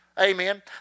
Amen